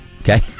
Okay